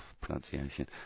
Pronunciation